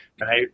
right